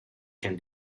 can